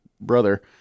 brother